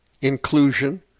inclusion